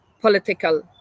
political